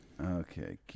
Okay